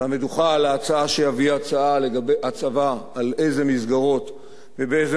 לגבי ההצעה שיביא הצבא על איזה מסגרות ובאיזה